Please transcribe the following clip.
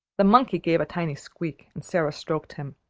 the monkey gave a tiny squeak, and sara stroked him.